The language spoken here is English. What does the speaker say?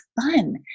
fun